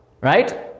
right